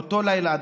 באותו לילה,